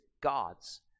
God's